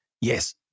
Yes